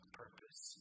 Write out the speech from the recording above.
purpose